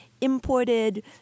imported